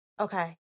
Okay